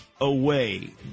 away